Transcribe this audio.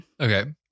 Okay